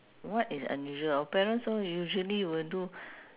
what is unusual our parents so usually will do